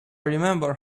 remember